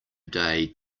day